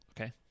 Okay